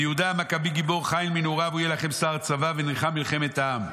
ויהודה המקבי גיבור חיל מנעוריו הוא יהיה לכם שר צבא ונלחם מלחמת העם.